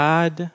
God